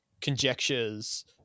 conjectures